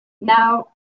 Now